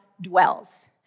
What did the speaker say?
dwells